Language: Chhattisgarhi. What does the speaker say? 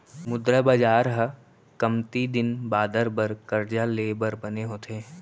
मुद्रा बजार ह कमती दिन बादर बर करजा ले बर बने होथे